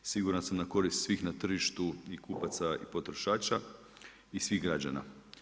Siguran sam na korist svih na tržištu, i kupaca i potrošača i svih građana.